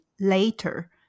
later